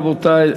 רבותי,